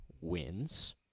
wins